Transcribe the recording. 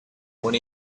when